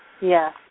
Yes